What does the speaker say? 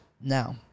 Now